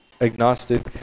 Agnostic